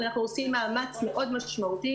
אבל אנחנו עושים מאמץ מאוד משמעותי,